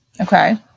Okay